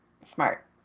Smart